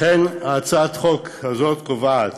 לכן, הצעת החוק הזאת קובעת